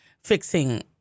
fixing